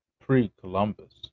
pre-Columbus